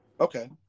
Okay